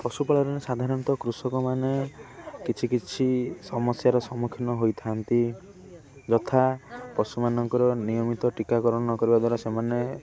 ପଶୁପାଳନରେ ସାଧାରଣତଃ କୃଷକମାନେ କିଛି କିଛି ସମସ୍ୟାର ସମ୍ମୁଖୀନ ହୋଇଥାନ୍ତି ଯଥା ପଶୁମାନଙ୍କର ନିୟମିତ ଟୀକାକରଣ ନକରିବା ଦ୍ୱାରା ସେମାନେ